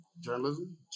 Journalism